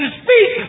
speak